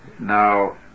Now